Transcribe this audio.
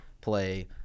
play